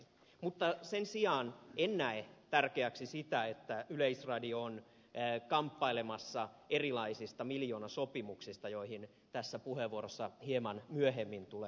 mutta sen sijaan en näe tärkeäksi sitä että yleisradio on kamppailemassa erilaisista miljoonasopimuksista joihin tässä puheenvuorossa hieman myöhemmin tulen viittaamaan